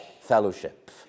fellowship